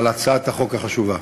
על הצעת החוק החשובה.